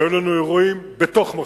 והיו לנו אירועים בתוך מחסומים.